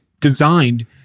designed